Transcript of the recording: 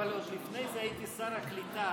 אבל עוד לפני זה הייתי שר הקליטה,